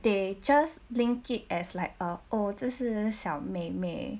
they just link it as like oh 这是小妹妹